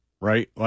right